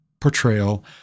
portrayal